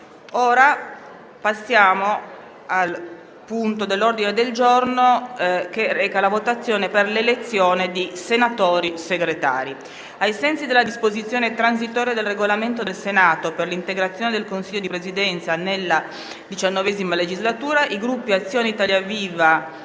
una nuova finestra"). L'ordine del giorno reca la votazione per l'elezione di senatori Segretari. Ai sensi della disposizione transitoria del Regolamento del Senato per l'integrazione del Consiglio di Presidenza nella XIX legislatura, i Gruppi Azione-Italia